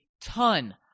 ton